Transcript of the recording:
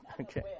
Okay